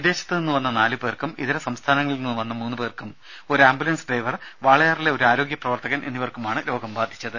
വിദേശത്തു നിന്ന് വന്ന നാലുപേർക്കും ഇതര സംസ്ഥാനങ്ങളിൽ നിന്നു വന്ന മൂന്ന് പേർക്കും ഒരു ആംബുലൻസ് ഡ്രൈവർ വാളയാറിലെ ഒരു ആരോഗ്യപ്രവർത്തകൻ എന്നിവർക്കുമാണ് രോഗം ബാധിച്ചത്